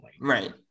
Right